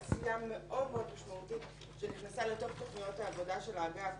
עשייה מאוד משמעותית שנכנסה לתוך תכניות העבודה של האגף,